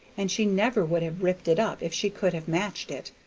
and she never would have ripped it up if she could have matched it.